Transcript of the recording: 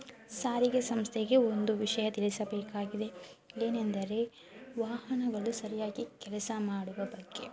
ಸಾರಿಗೆ ಸಂಸ್ಥೆಗೆ ಒಂದು ವಿಷಯ ತಿಳಿಸಬೇಕಾಗಿದೆ ಏನೆಂದರೆ ವಾಹನಗಳು ಸರಿಯಾಗಿ ಕೆಲಸ ಮಾಡುವ ಬಗ್ಗೆ